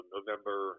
November